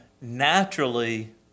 naturally